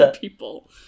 people